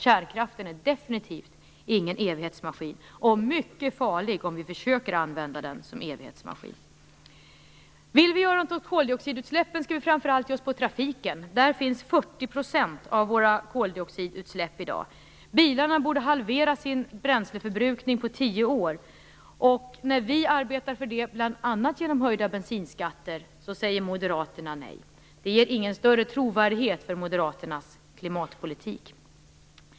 Kärnkraften är definitivt ingen evighetsmaskin. Den är tvärtom mycket farlig om vi försöker använda den som en sådan. Vill vi göra något åt koldioxidutsläppen skall vi framför allt ge oss på trafiken. Där finns 40 % av våra koldioxidutsläpp i dag. Bilarna borde halvera sin bränsleförbrukning på 10 år. När vi arbetar för det, bl.a. genom höjda bensinskatter, säger moderaterna nej. Det ger ingen större trovärdighet för moderaternas klimatpolitik.